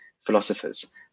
philosophers